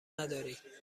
ندارید